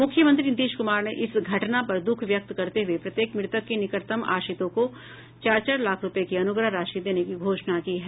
मुख्यमंत्री नीतीश कुमार ने इस घटना पर दुख व्यक्त करते हुये प्रत्येक मृतक के निकटतम आश्रितों को चार चार लाख रूपये की अनुग्रह राशि देने की घोषणा की है